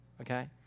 Okay